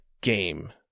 game